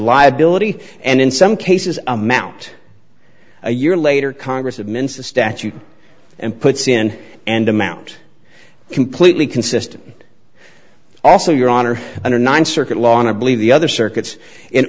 liability and in some cases amount a year later congress of mensa statute and puts in and amount completely consistent also your honor under th circuit law and i believe the other circuits in